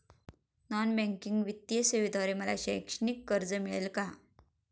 Non banking वित्तीय सेवेद्वारे मला शैक्षणिक कर्ज मिळेल का?